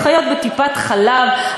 אחיות בטיפת-חלב,